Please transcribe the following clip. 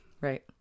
right